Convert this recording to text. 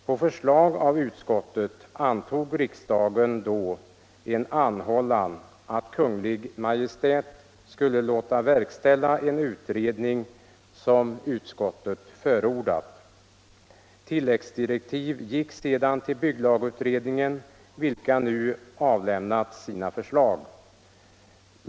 På förslag av utskottet antog riksdagen då en anhållan om att Kungl. Maj:t skulle låta verkställa den utredning som utskottet förordat. Tilläggsdirektiv gick sedan till bygglagutredningen som nu avlämnat sina förslag.